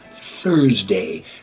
Thursday